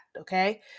okay